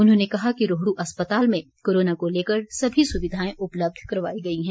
उन्होने कहा कि रोहड् अस्पताल में कोरोना को लेकर सभी सुविधाएं उपलब्ध करवाई गई हैं